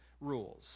rules